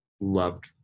loved